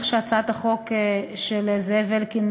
לכשתעבור הצעת החוק של זאב אלקין,